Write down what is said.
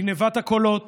גנבת הקולות